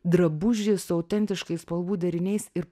drabužį su autentiškais spalvų deriniais ir